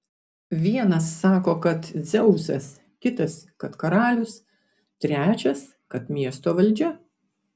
vienas sako kad dzeusas kitas kad karalius trečias kad miesto valdžia